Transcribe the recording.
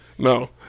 No